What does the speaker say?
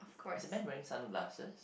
is a man wearing sunglasses